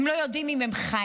הם לא יודעים אם הם חיים,